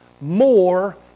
more